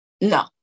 no